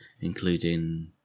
including